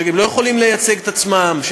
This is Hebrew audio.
שגם לא יכולים לייצג את עצמם,